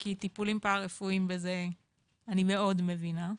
כי טיפולים פרא רפואיים, בזה אני מאוד מבינה,